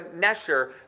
Nesher